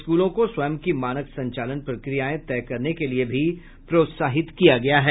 स्कूलों को स्वयं की मानक संचालन प्रक्रियाएं तय करने के लिए भी प्रोत्साहित किया गया है